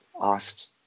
asked